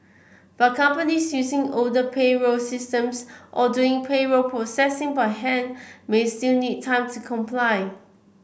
but companies using older payroll systems or doing payroll processing by hand may still need time to comply